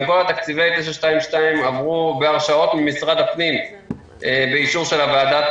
גם כל תקציבי 922 עברו בהרשאות ממשרד הפנים באישור של ועדת